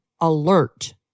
alert